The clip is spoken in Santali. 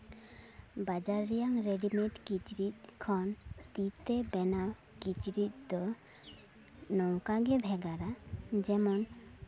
ᱵᱟᱡᱟᱨ ᱨᱮᱭᱟᱜ ᱨᱮᱰᱤᱢᱮᱰ ᱠᱤᱪᱨᱤᱡ ᱠᱷᱚᱱ ᱛᱤᱛᱮ ᱵᱮᱱᱟᱣ ᱠᱤᱪᱨᱤᱡ ᱫᱚ ᱱᱚᱝᱠᱟᱜᱮ ᱵᱷᱮᱜᱟᱨᱟ ᱡᱮᱢᱚᱱ